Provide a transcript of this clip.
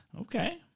Okay